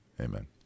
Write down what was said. amen